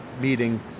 meeting